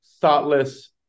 thoughtless